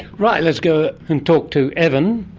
right, let's go and talk to evan.